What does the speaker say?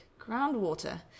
groundwater